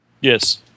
Yes